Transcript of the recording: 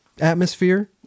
atmosphere